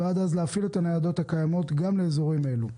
ועד אז להפעיל את הניידות הקיימות גם לאזורים אלו.